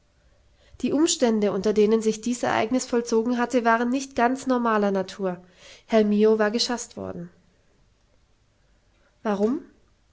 die umstände unter denen sich dies ereignis vollzogen hatte waren nicht ganz normaler natur herr mio war geschaßt worden warum